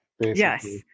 Yes